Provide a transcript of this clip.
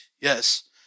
Yes